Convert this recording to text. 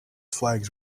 flags